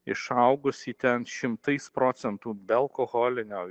išaugusį ten šimtais procentų bealkoholinio